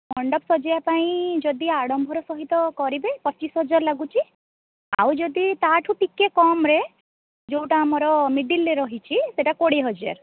ମଣ୍ଡପ୍ ସଜାଇବା ପାଇଁ ଯଦି ଆଡ଼ମ୍ବର ସହିତ କରିବେ ପଚିଶ ହଜାର ଲାଗୁଛି ଆଉ ଯଦି ତାଠୁ ଟିକିଏ କମ୍ରେ ଯେଉଁଟା ଆମର ମିଡ଼ିଲ୍ରେ ରହିଛି ସେଇଟା କୋଡ଼ିଏ ହଜାର